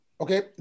okay